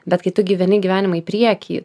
bet kai tu gyveni gyvenimą į priekį